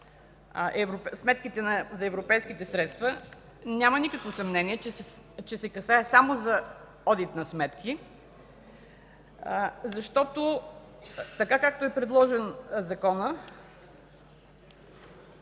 сметките за европейските средства. Няма никакво съмнение, че се касае само за одит на сметки, защото, така както е предложен законът,